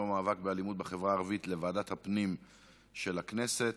יום המאבק באלימות בחברה הערבית לוועדת הפנים של הכנסת.